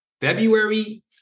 February